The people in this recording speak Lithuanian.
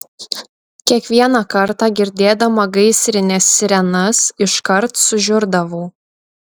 kiekvieną kartą girdėdama gaisrinės sirenas iškart sužiurdavau